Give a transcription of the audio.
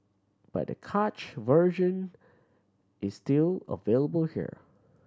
but the cached version is still available here